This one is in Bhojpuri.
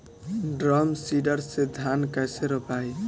ड्रम सीडर से धान कैसे रोपाई?